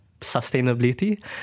sustainability